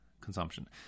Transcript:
consumption